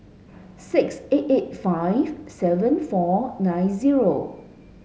six eight eight five seven four nine zero